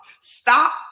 Stop